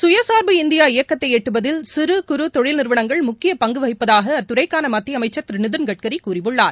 சுயசார்பு இந்தியா இயக்கத்தை எட்டுவதில் சிறு குறு தொழில் நிறுவனங்கள் முக்கிய பங்கு வகிப்பதாக அத்துறைக்கான மத்திய அமைச்சர் திரு நிதின் கட்கரி கூறியுள்ளார்